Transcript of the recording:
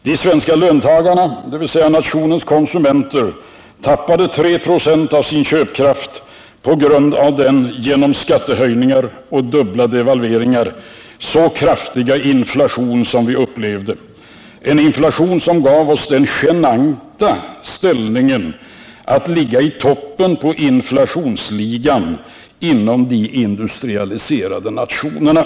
De svenska löntagarna, dvs. nationens konsumenter, tappade 3 ?6 av sin köpkraft på grund av den genom skattehöjningar och dubbla devalveringar så kraftiga inflation som vi upplevde 1977, en inflation som gav oss den genanta ställningen att ligga i toppen på inflationsligan för de industrialiserade nationerna.